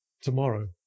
Tomorrow